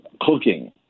cooking